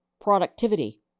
productivity